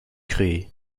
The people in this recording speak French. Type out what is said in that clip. créée